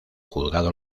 juzgado